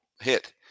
hit